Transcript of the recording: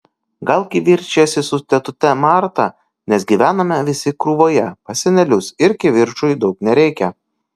gal kivirčijasi su tetute marta nes gyvename visi krūvoje pas senelius ir kivirčui daug nereikia